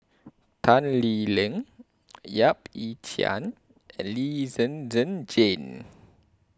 Tan Lee Leng Yap Ee Chian and Lee Zhen Zhen Jane